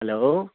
hello